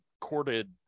corded